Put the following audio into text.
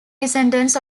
descendants